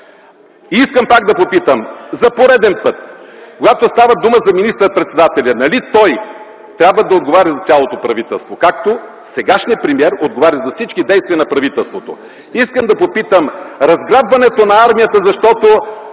Искам пак да попитам за пореден път: когато става дума за министър-председателя, нали той трябва да отговаря за цялото правителство, както сегашният премиер отговаря за всички действия на правителството? Искам да попитам за разграбването на армията, защото